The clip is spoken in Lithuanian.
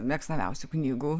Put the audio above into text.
mėgstamiausių knygų